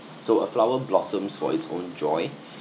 so a flower blossoms for its own joy